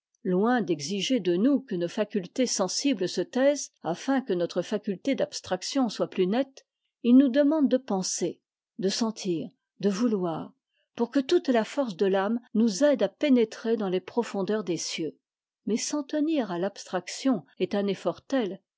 loin d'exiger dé nous que nos facultés sensibtes se taisent àfin que notre faculté d'abstraction soit plus nette ils nous demandent de penser de sentir de vbufoir pour que toute la force de l'âme nous aide à pénétrer dans les profondeurs des'cieux mais s'en tenir à l'abstraction est un effort tel